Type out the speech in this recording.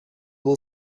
will